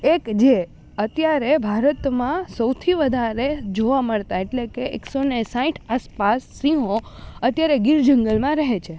એક જે અત્યારે ભારતમાં સૌથી વધારે જોવા મળતા એટલે કે એકસોને સાઠ આસપાસ સિંહો અત્યારે ગીર જંગલમાં રહે છે